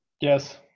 Yes